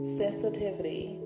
sensitivity